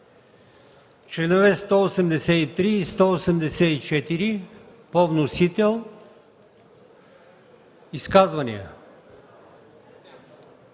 Членове 183 и 184 – по вносител. Изказвания?